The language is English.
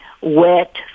wet